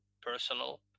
personal